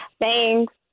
Thanks